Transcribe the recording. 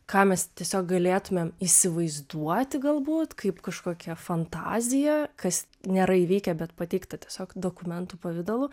ką mes tiesiog galėtumėm įsivaizduoti galbūt kaip kažkokią fantaziją kas nėra įvykę bet pateikta tiesiog dokumentų pavidalu